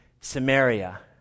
Samaria